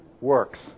works